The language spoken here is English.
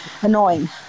annoying